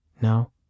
No